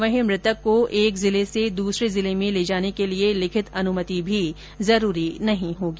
वहीं मृतक को एक जिले से दूसरे जिले में ले जाने के लिए लिखित अनुमति भी जरूरी नहीं होगी